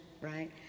right